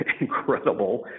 incredible